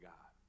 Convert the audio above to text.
God